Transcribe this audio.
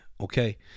okay